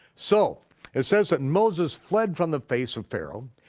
so it says that moses fled from the face of pharaoh,